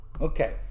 Okay